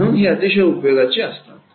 म्हणून हे अतिशय उपयोगाचे असतात